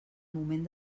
moment